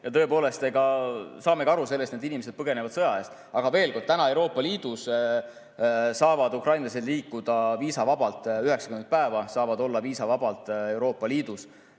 ja me saamegi aru sellest, et need inimesed põgenevad sõja eest. Aga veel kord: Euroopa Liidus saavad ukrainlased liikuda viisavabalt, 90 päeva saavad olla viisavabalt Euroopa Liidus